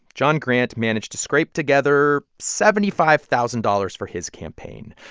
jon grant managed to scrape together seventy five thousand dollars for his campaign.